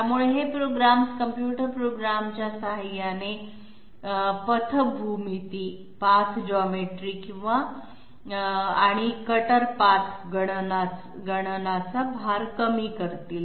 त्यामुळे हे programs computer प्रोग्रॅमच्या साहाय्याने पथ भूमिती आणि कटर पाथ गणनाचा भार कमी करतील